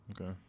Okay